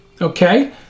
Okay